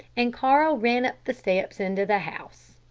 and carl ran up the steps into the house.